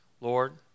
Lord